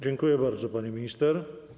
Dziękuję bardzo, pani minister.